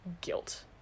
guilt